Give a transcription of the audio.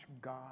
God